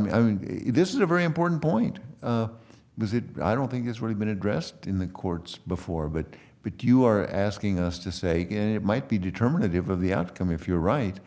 mean this is a very important point was it i don't think it's really been addressed in the courts before but but you are asking us to say gay it might be determinative of the outcome if you're right